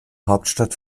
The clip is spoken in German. hauptstadt